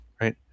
right